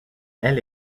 elle